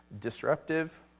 disruptive